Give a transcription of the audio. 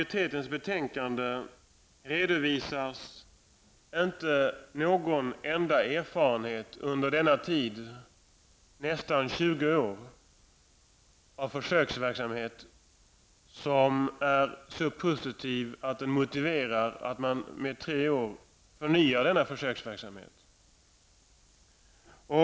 I betänkandet redovisas inte någon enda erfarenhet under denna tid av försöksverksamhet, dvs. under nästan 20 år, som är så positiv att den motiverar att man förnyar denna försöksverksamhet med tre år.